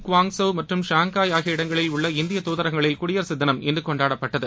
Guangzhou மற்றும் Shanghai ஆகிய இடங்களில் உள்ள இந்திய தூதரகங்களில் குடியரசுதினம் இன்று கொண்டாடப்பட்டது